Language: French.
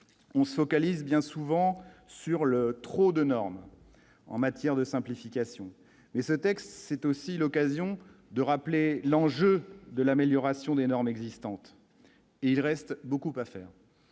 on se focalise, bien souvent sur le trop de normes en matière de simplification, mais ce texte, c'est aussi l'occasion de rappeler l'enjeu de l'amélioration des normes existantes et il reste beaucoup à faire,